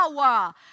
power